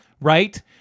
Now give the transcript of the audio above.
right